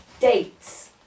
dates